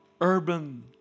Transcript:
urban